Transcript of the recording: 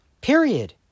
Period